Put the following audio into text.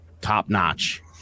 top-notch